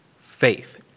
faith